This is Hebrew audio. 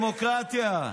וזאת הדמוקרטיה.